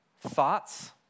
thoughts